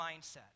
mindset